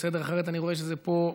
אחרת אני רואה שזה פה,